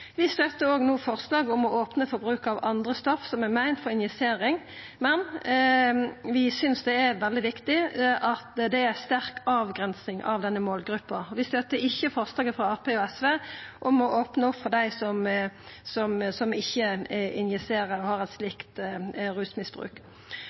Vi støttar no òg forslag om å opna for bruk av andre stoff som er meint for injisering, men vi synest det er veldig viktig at det er avgrensing av denne målgruppa. Vi støttar ikkje forslaget frå Arbeidarpartiet og SV om å opna opp for dei som ikkje injiserer og har eit